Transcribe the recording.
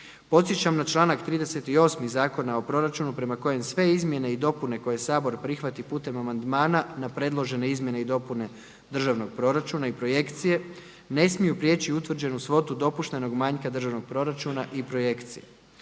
Podsjećam na članak 38. Zakona o proračunu prema kojem sve izmjene i dopune koje Sabor prihvati putem amandmana na predložene izmjene i dopune Državnog proračuna i projekcije ne smiju prijeći utvrđenu svotu dopuštenog manjka državnog proračuna i projekcije.